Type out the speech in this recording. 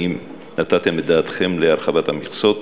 האם נתתם את דעתכם להרחבת המכסות?